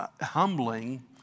Humbling